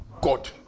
God